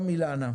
אילנה שלום.